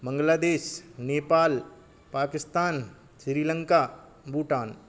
Bangladesh Nepal Pakistan Sri Lanka Bhutan